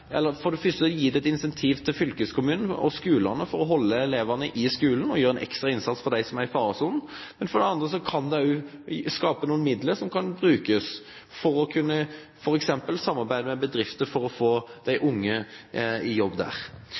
ekstra innsats for dem som er i faresonen, men for det andre kan det også skape noen midler som kan brukes til f.eks. å samarbeide med bedrifter for å få de unge i jobb der.